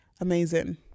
amazing